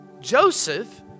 Joseph